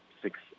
six